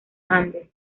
andes